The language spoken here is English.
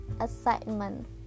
assignment